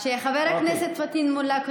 כשחבר הכנסת פטין מולא,